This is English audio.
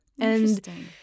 Interesting